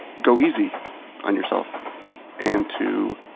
go easy on yourself and to